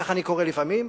כך אני קורא לפעמים.